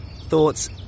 thoughts